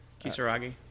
Kisaragi